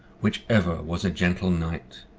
which ever was a gentle knight,